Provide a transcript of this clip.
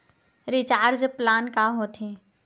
Recharge plan का होथे?